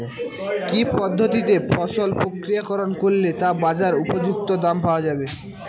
কি পদ্ধতিতে ফসল প্রক্রিয়াকরণ করলে তা বাজার উপযুক্ত দাম পাওয়া যাবে?